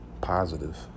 positive